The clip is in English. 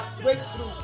breakthrough